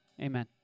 Amen